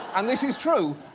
and this is true,